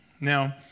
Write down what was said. Now